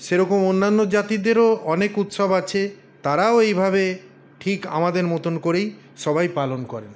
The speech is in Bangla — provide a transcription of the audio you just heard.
সেরকম অন্যান্য জাতিদেরও অনেক উৎসব আছে তারাও এইভাবে ঠিক আমাদের মতোন করেই সবাই পালন করেন